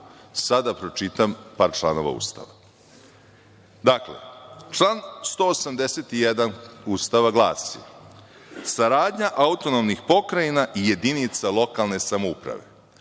sada pročitam par članova Ustava. Dakle, član 181. Ustava glasi – Saradnja autonomnih pokrajina i jedinica lokalne samouprave.